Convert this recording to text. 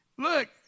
Look